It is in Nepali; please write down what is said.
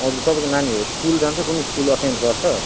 हजुर तपाईँको नानीहरू स्कुल जान्छ कुनै स्कुल अटेन्ड गर्छ